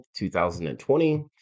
2020